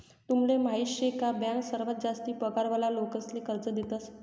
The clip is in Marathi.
तुमले माहीत शे का बँक सर्वात जास्ती पगार वाला लोकेसले कर्ज देतस